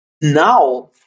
now